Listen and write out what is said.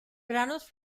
granos